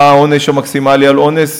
מה העונש המקסימלי על אונס,